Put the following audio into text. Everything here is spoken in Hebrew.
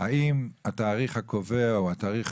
האם התאריך הקובע או התאריך